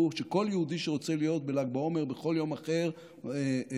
שכל יהודי שרוצה להיות בל"ג בעומר ובכל יום אחר בהר,